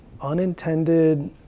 unintended